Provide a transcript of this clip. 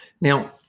Now